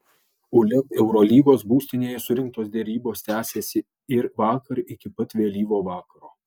uleb eurolygos būstinėje surengtos derybos tęsėsi ir vakar iki pat vėlyvo vakaro